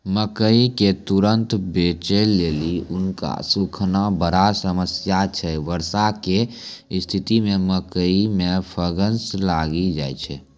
मकई के तुरन्त बेचे लेली उकरा सुखाना बड़ा समस्या छैय वर्षा के स्तिथि मे मकई मे फंगस लागि जाय छैय?